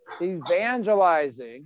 evangelizing